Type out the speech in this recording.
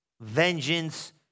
vengeance